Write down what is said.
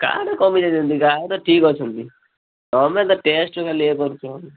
ଗାଁରେ କମି ଯାଇଛନ୍ତି ଗାଁରେ ଠିକ୍ ଅଛନ୍ତି ତମେ ତ ଟେଷ୍ଟ ଖାଲି ଇଏ କରୁଛ